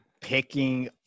picking